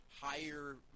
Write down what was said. higher